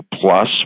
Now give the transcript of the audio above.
plus